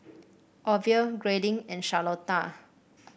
Orville Grayling and Charlotta